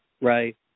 right